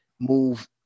move